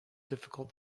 difficult